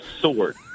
sword